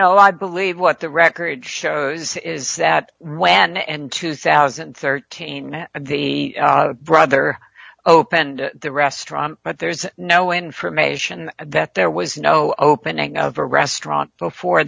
no i believe what the record shows is that when and two thousand and thirteen the brother opened the restaurant but there's no information that there was no opening of a restaurant before